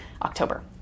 October